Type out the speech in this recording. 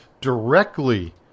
directly